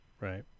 right